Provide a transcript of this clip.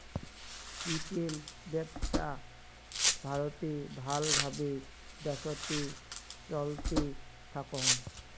retail ব্যপছা ভারতে ভাল ভাবে দ্যাশোতে চলতে থাকং